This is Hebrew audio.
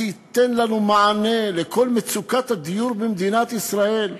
זה ייתן לנו מענה לכל מצוקת הדיור במדינת ישראל.